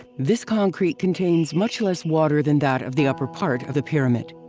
this concrete contains much less water than that of the upper part of the pyramid.